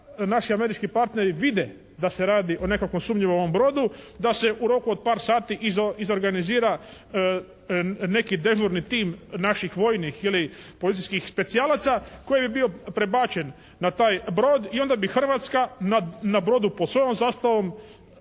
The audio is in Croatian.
naši američki partneri vide da se radi o nekakvom sumnjivom brodu, da se u roku od par sati izorganizira neki dežurni tim naših vojnih ili policijskih specijalaca koji bi bio prebačen na taj brod i onda bi Hrvatska na brodu pod svojom zastavom